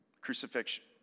crucifixion